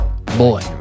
Boy